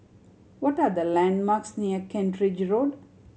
what are the landmarks near Kent Ridge Road